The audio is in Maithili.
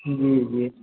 जी जी